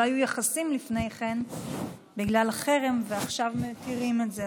לא היו יחסים לפני כן בגלל החרם ועכשיו מתירים את זה,